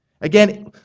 again